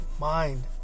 mind